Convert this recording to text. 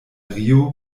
rio